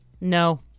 No